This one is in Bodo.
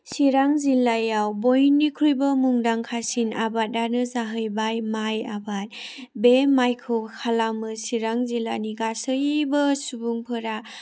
चिरां जिल्लायाव बयनिख्रुइबो मुंदांखासिन आबादानो जाहैबाय माइ आबाद बे माइखौ खालामो चिरां जिल्लानि गासैबो सुबुंफोरा